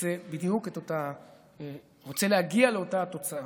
רוצה להגיע לאותה תוצאה.